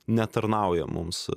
netarnauja mums